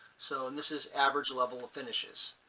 so and this is average level of finishes.